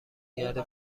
گرده